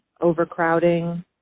overcrowding